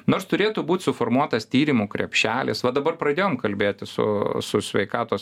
nors turėtų būt suformuotas tyrimų krepšelis va dabar pradėjom kalbėti su su sveikatos